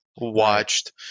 watched